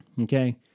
Okay